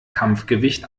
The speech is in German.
kampfgewicht